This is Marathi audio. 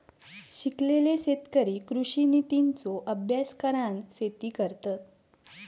शिकलेले शेतकरी कृषि नितींचो अभ्यास करान शेती करतत